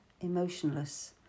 emotionless